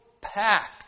packed